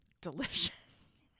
delicious